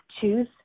choose